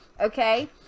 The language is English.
Okay